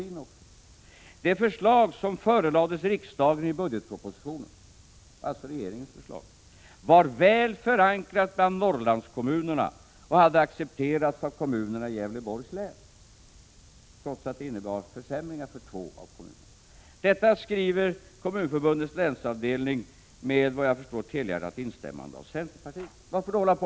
Det står bl.a.: ”Det förslag som förelades riksdagen i budgetpropositionen” — dvs. regeringens förslag — ”var väl förankrat bland ”Norrlandskommunerna” och hade accepterats av kommunerna i Gävleborgs län även om det innebar en viss försämring för ett par av kommunerna i vårt län.” Detta skriver Kommunförbundets länsavdelning med, såvitt jag förstår, ett helhjärtat instämmande från centerpartiet.